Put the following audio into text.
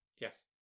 Yes